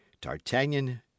d'artagnan